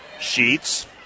Sheets